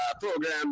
program